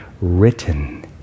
written